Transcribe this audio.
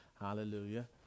hallelujah